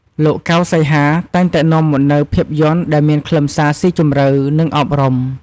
លោក កៅ សីហា តែងតែនាំមកនូវភាពយន្តដែលមានខ្លឹមសារស៊ីជម្រៅ និងអប់រំ។